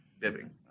Bibbing